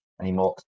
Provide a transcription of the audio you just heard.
anymore